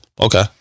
Okay